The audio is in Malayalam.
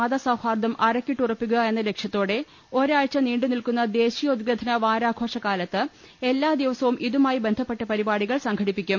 മതസൌഹാർദ്ദം അരക്കിട്ടുറപ്പിക്കുക എന്ന ലക്ഷ്യത്തോടെ ഒരാഴ്ച നീണ്ടുനിൽക്കുന്ന ദേശീയോദ്ഗ്രഥന വാരാഘോഷ കാലത്ത് എല്ലാ ദിവസവും ഇതുമായി ബന്ധപ്പെട്ട പരിപാടികൾ സംഘടി പ്പിക്കും